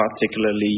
particularly